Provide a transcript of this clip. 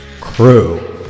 crew